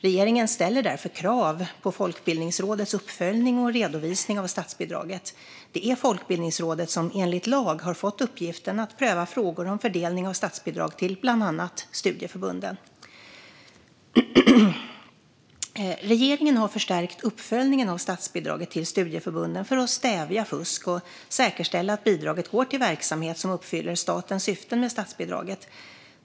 Regeringen ställer därför krav på Folkbildningsrådets uppföljning och redovisning av statsbidraget. Det är Folkbildningsrådet som enligt lag har fått uppgiften att pröva frågor om fördelning av statsbidrag till bland annat studieförbunden. Regeringen har förstärkt uppföljningen av statsbidraget till studieförbunden för att stävja fusk och säkerställa att bidraget går till verksamhet som uppfyller statens syften med statsbidraget.